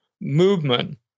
movement